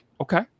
Okay